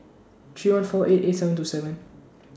three one four eight eight seven two seven